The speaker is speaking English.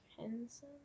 Henson